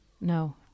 No